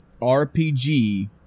RPG